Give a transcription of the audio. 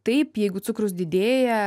taip jeigu cukrus didėja